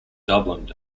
dublin